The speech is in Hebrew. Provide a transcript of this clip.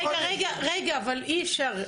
רגע, אבל אי אפשר.